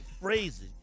phrases